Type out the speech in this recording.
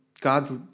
God's